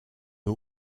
who